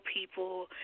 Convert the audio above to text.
people